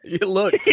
Look